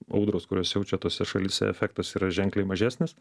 audros kurios siaučia tose šalyse efektas yra ženkliai mažesnis